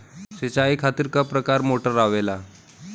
सिचाई खातीर क प्रकार मोटर आवेला?